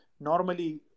normally